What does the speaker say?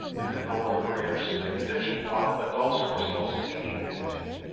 it could no longer create or sustain addiction, while adults who are still seeking nicotine,